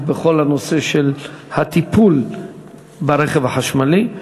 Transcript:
בכל הנושא של הטיפול ברכב החשמלי.